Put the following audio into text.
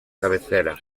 cabecera